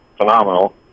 phenomenal